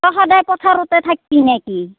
তই সদায় পথাৰতে থাকবি নেকি